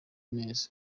neza